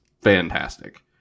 fantastic